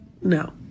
no